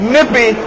Nippy